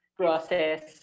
process